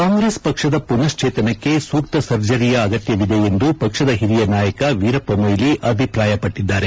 ಕಾಂಗ್ರೆಸ್ ಪಕ್ಷದ ಮನಶ್ವೇತನಕ್ಕೆ ಸೂಕ್ತ ಸರ್ಜರಿಯ ಅಗತ್ಯವಿದೆ ಎಂದು ಪಕ್ಷದ ಹಿರಿಯ ನಾಯಕ ವೀರಪ್ಪ ಮೊಯ್ಲ ಅಭಿಪ್ರಾಯ ಪಟ್ಟಿದ್ದಾರೆ